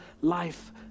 life